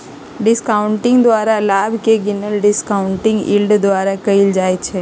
discounting द्वारा लाभ के गिनल डिस्काउंटिंग यील्ड द्वारा कएल जाइ छइ